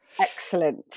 excellent